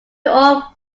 all